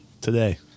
today